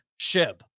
Shib